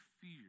fear